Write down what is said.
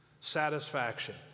Satisfaction